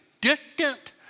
distant